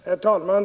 Herr talman!